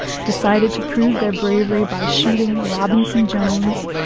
decided to prove their bravery by shooting robinson jones.